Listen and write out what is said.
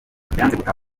gutaha